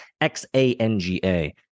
X-A-N-G-A